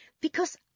because